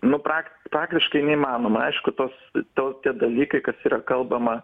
nmu prak praktiškai neįmanoma aišku tos to tie dalykai kas yra kalbama